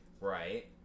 Right